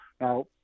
Now